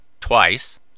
twice